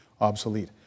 obsolete